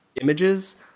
images